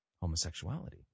homosexuality